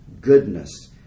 goodness